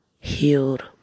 healed